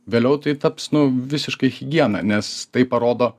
vėliau tai taps nu visiškai higiena nes tai parodo